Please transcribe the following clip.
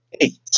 eight